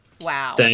Wow